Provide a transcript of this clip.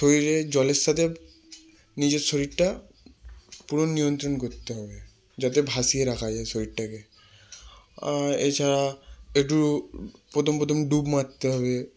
শরীরে জলের সথে নিজের শরীরটা পুরো নিয়ন্ত্রণ করতে হবে যাতে ভাসিয়ে রাখা যায় শরীরটাকে এছাড়া একটু প্রথম প্রথম ডুব মারতে হবে